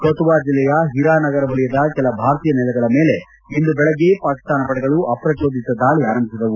ಕತುವಾ ಜಿಲ್ಲೆಯ ಹಿರಾನಗರ್ ವಲಯದ ಕೆಲ ಭಾರತೀಯ ನೆಲೆಗಳ ಮೇಲೆ ಇಂದು ಬೆಳಗ್ಗೆ ಪಾಕಿಸ್ತಾನ ಪಡೆಗಳು ಅಪ್ರಜೋದಿತ ದಾಳಿ ಆರಂಭಿಸಿದವು